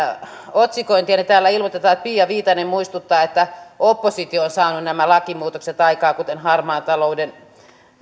otsikointi eli täällä ilmoitetaan että pia viitanen muistuttaa että oppositio on saanut nämä lakimuutokset aikaan kuten harmaan talouden